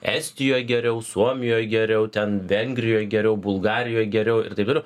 estijoj geriau suomijoj geriau ten vengrijoj geriau bulgarijoj geriau ir taip toliau